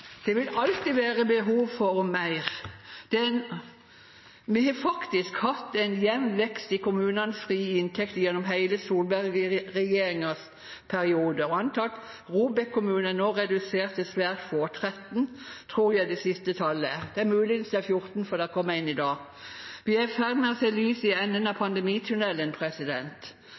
Det vil alltid være behov for mer, men vi har faktisk hatt en jevn vekst i kommunenes frie inntekter gjennom hele Solberg-regjeringens periode, og antall ROBEK-kommuner er nå redusert til svært få. 13 tror jeg det siste tallet er, muligens 14, for det kom en i dag. Vi er i ferd med å se lyset i enden av